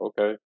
okay